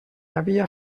havia